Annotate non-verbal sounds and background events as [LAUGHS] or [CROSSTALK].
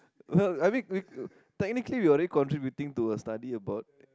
[LAUGHS] I mean we technically we already contributing to a study about